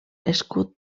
escut